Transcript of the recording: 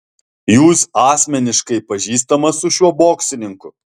jūs asmeniškai pažįstamas su šiuo boksininku